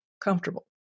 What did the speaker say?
comfortable